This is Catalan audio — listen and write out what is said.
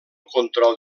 control